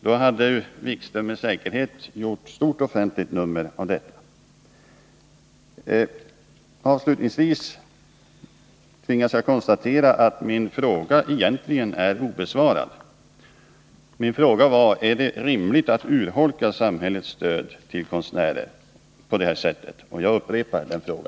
Då hade Jan-Erik Wikström med säkerhet gjort stort offentligt nummer av detta. Avslutningsvis tvingas jag konstatera att min fråga egentligen är obesvarad. Jag upprepar min fråga: Är det rimligt att urholka samhällets stöd till konstnärer på detta sätt?